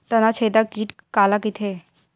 तनाछेदक कीट काला कइथे?